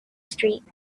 street